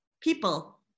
People